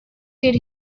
did